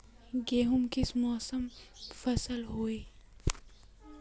गेहूँ किस मौसमेर फसल होय?